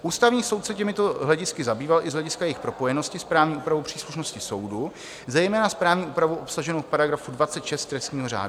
Ústavní soud se těmito hledisky zabýval i z hlediska jejich propojenosti s právní úpravou příslušnosti soudu, zejména s právní úpravou obsaženou v § 26 trestního řádu.